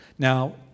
Now